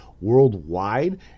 worldwide